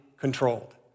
controlled